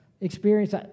experience